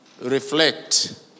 reflect